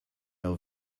know